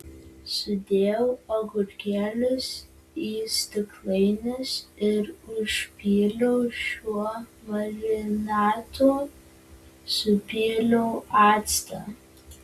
sudėjau agurkėlius į stiklainius ir užpyliau šiuo marinatu supyliau actą